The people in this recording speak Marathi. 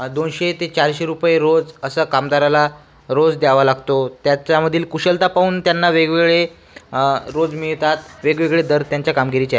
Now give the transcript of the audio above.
दोनशे ते चारशे रुपये रोज असं कामगाराला रोज द्यावा लागतो त्याच्यामधील कुशलता पाहून त्यांना वेगवेगळे रोज मिळतात वेगवेगळे दर त्यांच्या कामगिरीचे आहे